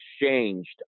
exchanged